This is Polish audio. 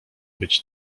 być